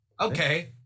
Okay